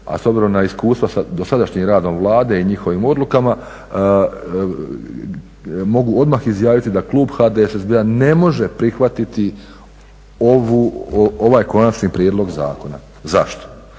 i s obzirom na iskustva dosadašnjim radom Vlade i njihovim odlukama mogu odmah izjaviti da klub HDSSB-a ne može prihvatiti ovaj konačni prijedlog zakona. Zašto?